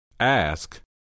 Ask